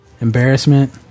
Embarrassment